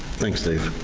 thanks, dave.